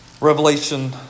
Revelation